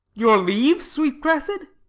your leave, sweet cressid!